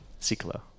Ciclo